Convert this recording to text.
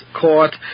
court